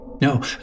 No